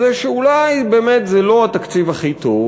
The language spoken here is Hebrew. שאולי באמת זה לא התקציב הכי טוב,